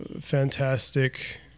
fantastic